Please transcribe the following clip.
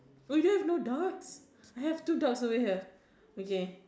oh you don't have no ducks I have two ducks over here okay